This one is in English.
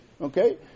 Okay